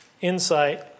insight